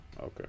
okay